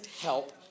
help